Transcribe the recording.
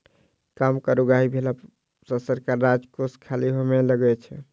कम कर उगाही भेला सॅ सरकारक राजकोष खाली होमय लगै छै